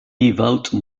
devote